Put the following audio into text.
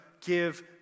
give